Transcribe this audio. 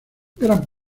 gran